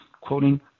quoting